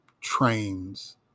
trains